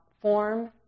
form